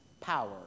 power